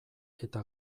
eta